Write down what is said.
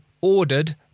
ordered